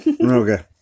Okay